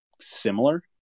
similar